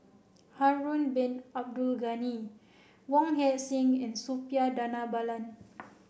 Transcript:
Harun Bin Abdul Ghani Wong Heck Sing and Suppiah Dhanabalan